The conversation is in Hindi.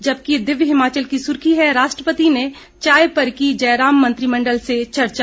जबकि दिव्य हिमाचल की सुर्खी है राष्ट्रपति ने चाय पर की जयराम मंत्रिमण्डल से चर्चा